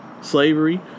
slavery